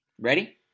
Ready